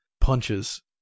punches